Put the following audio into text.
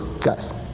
guys